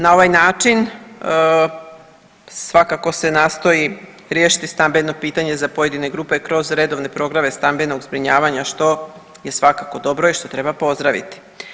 Na ovaj način svakako se nastoji riješiti stambeno pitanje za pojedine grupe kroz redovne programe stambenog zbrinjavanja što je svakako dobro i što treba pozdraviti.